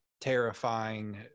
terrifying